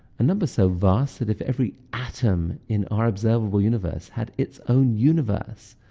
a number so vast that if every atom in our observable universe had its own universe,